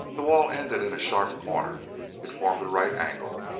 the wall ended in a sharp corner it formed a right angle,